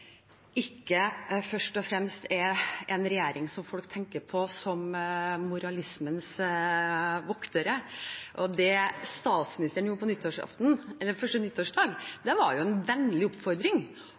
ikke først og fremst er en regjering som folk tenker på som moralismens voktere. Det statsministeren gjorde på